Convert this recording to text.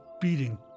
beating